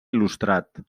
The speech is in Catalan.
il·lustrat